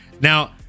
Now